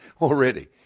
already